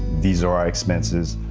these are our expenses,